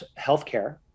healthcare